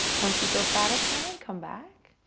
once you feel satisfied, and come back.